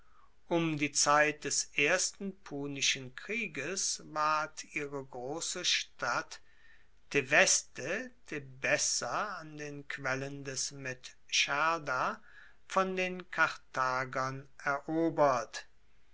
um die zeit des ersten punischen krieges ward ihre grosse stadt theveste tebessa an den quellen des medscherda von den karthagern erobert